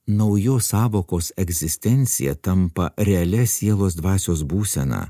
naujos sąvokos egzistencija tampa realia sielos dvasios būsena